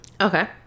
Okay